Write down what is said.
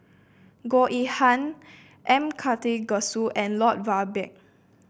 Goh Yihan M Karthigesu and Lloyd Valberg